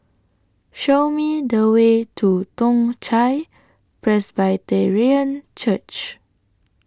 Show Me The Way to Toong Chai Presbyterian Church